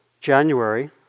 January